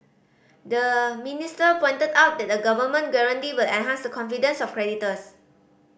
the minister pointed out that a government guarantee will enhance the confidence of creditors